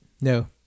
No